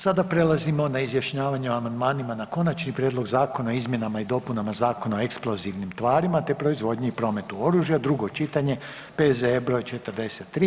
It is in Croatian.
Sada prelazimo na izjašnjavanje o amandmanima na Konačni prijedlog zakona o izmjenama i dopunama Zakona o eksplozivnim tvarima te proizvodnji i prometu oružja, drugo čitanje, P.Z.E. br. 43.